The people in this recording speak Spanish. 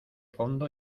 fondo